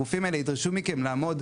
הגופים האלה ידרשו מכם לעמוד,